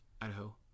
Idaho